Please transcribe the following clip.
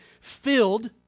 filled